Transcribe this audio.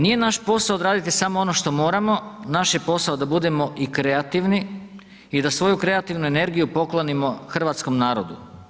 Nije naš posao odraditi samo ono što moramo, naš je posao da budemo i kreativni i da svoju kreativnu energiju poklonimo hrvatskom narodu.